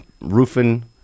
roofing